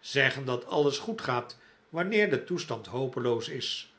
zeggen dat alles goed gaat wanneer de toestand hopeloos is